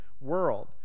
world